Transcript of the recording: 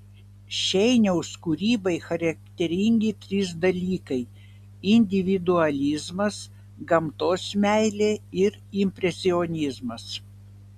šeiniaus kūrybai charakteringi trys dalykai individualizmas gamtos meilė ir impresionizmas